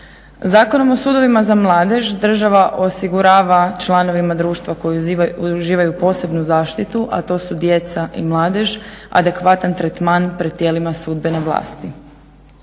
Zakonom o sudovima za mladež država osigurava članovima društva koji uživaju posebnu zaštitu, a to su djeca i mladež adekvatan tretman pred tijelima sudbene vlasti.